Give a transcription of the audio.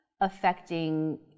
affecting